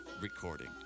recording